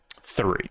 Three